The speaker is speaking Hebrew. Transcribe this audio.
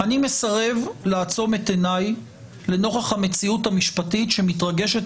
אני מסרב לעצום את עיניי נוכח המציאות המשפטית שמתרגשת